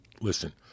listen